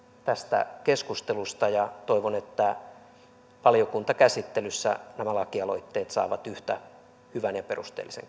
tästä keskustelusta toivon että valiokuntakäsittelyssä nämä lakialoitteet saavat yhtä hyvän ja perusteellisen